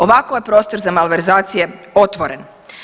Ovako je prostor za malverzacije otvoren.